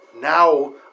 Now